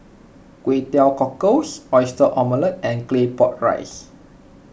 Kway Teow Cockles Oyster Omelette and Claypot Rice